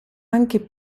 anche